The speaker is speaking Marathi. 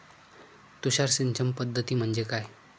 तुषार सिंचन पद्धती म्हणजे काय?